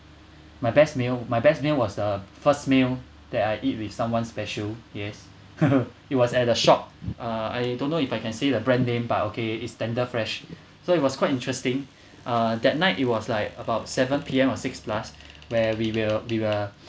my best meal my best meal was the first meal that I eat with someone special yes it was at the shop uh I don't know if I can say the brand name but okay it's tender fresh so it was quite interesting uh that night it was like about seven P_M or six plus where we will we were